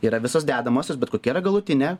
yra visos dedamosios bet kokia yra galutinė